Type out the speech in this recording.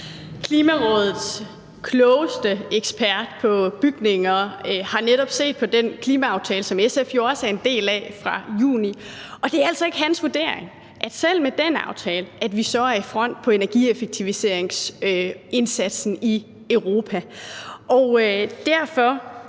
Klimarådets klogeste ekspert på bygninger har netop set på den klimaaftale fra juni, som SF jo også er en del af, og det er altså ikke hans vurdering, at vi selv med den aftale er i front på energieffektiviseringsindsatsen i Europa. Derfor